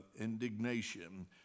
indignation